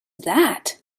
that